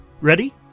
Ready